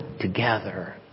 together